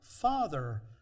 father